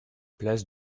place